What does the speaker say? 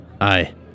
Aye